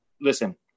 listen